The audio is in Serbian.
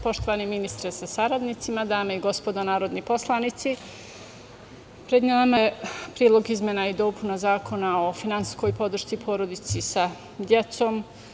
Poštovani ministre sa saradnicima, dame i gospodo narodni poslanici, pred nama je Predlog izmena i dopuna Zakona o finansijskoj podršci porodici sa decom.